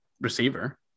receiver